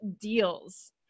deals